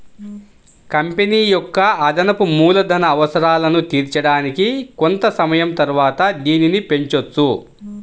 company యొక్క అదనపు మూలధన అవసరాలను తీర్చడానికి కొంత సమయం తరువాత దీనిని పెంచొచ్చు